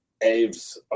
Aves